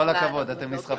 עם כל הכבוד, אתם נסחפים.